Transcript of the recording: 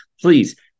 Please